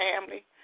family